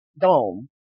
dome